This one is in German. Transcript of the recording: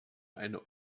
eine